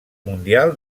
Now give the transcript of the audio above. mundial